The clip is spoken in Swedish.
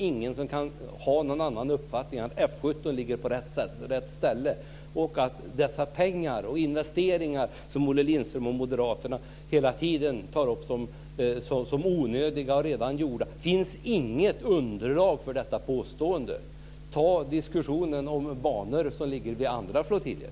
Ingen kan väl ha någon annan uppfattning än att F 17 ligger på rätt ställe. För påståendet om de pengar, de investeringar, som Olle Lindström och moderaterna hela tiden nämner som onödiga och redan gjorda finns det inget underlag. Ta diskussionen om banor vid andra flottiljer!